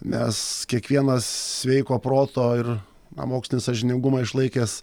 nes kiekvienas sveiko proto ir na mokslinį sąžiningumą išlaikęs